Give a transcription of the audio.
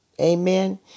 Amen